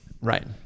right